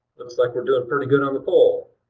looks like we're doing pretty good on the poll.